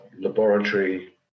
laboratory